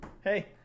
Hey